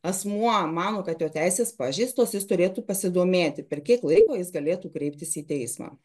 asmuo mano kad jo teisės pažeistos jis turėtų pasidomėti per kiek laiko jis galėtų kreiptis į teismą